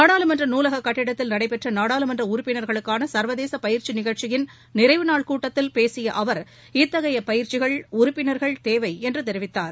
நாடாளுமன்ற நூலக கட்டடத்தில் நடைபெற்ற நாடாளுமன்ற உறுப்பினர்களுக்கான சர்வதேச பயிற்சி நிகழ்ச்சியின் நிறைவு நாள் கூட்டத்தில் பேசிய அவர் இத்தகைய பயிற்சிகள் உறுப்பினர்கள் தேவை என்று தெரிவித்தார்